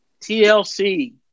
TLC